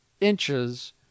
inches